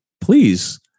please